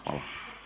Hvala.